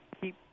keep